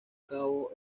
cabo